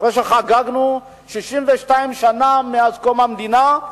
אחרי שחגגנו 62 שנה מאז קום המדינה,